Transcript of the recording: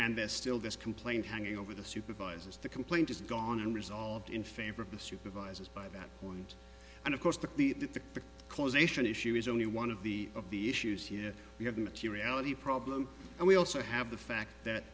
and there's still this complaint hanging over the supervisors the complaint is gone and resolved in favor of the supervisors by that point and of course that the close ation issue is only one of the of the issues here we have materiality problem and we also have the fact that